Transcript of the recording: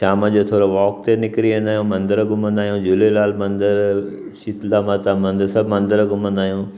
शाम जो थोरो वॉक ते निकिरी वेंदा आहियूं मंदरु घुमंदा आहियूं झूलेलाल मंदरु शीतला माता मंदरु सभु मंदर घुमंदा आहियूं